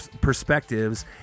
perspectives